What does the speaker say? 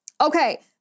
Okay